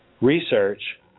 research